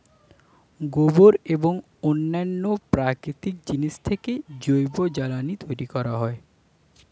গোবর এবং অন্যান্য প্রাকৃতিক জিনিস থেকে জৈব জ্বালানি তৈরি হয়